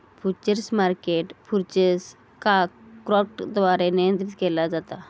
futures market futures का काँट्रॅकद्वारे नियंत्रीत केला जाता